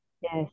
Yes